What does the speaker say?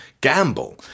gamble